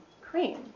cream